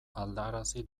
aldarazi